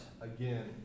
again